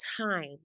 time